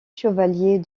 chevalier